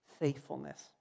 faithfulness